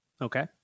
Okay